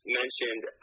mentioned –